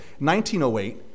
1908